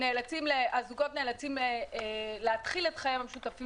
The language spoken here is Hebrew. הזוגות נאלצים להתחיל את חייהם המשותפים